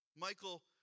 Michael